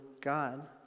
God